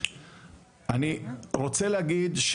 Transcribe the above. אולי לי בכלל לא מתאים לקחת